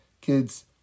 Kids